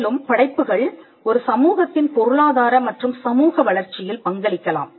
மேலும் படைப்புகள் ஒரு சமூகத்தின் பொருளாதார மற்றும் சமூக வளர்ச்சியில் பங்களிக்கலாம்